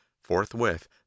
forthwith